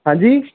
ਹਾਂਜੀ